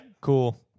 Cool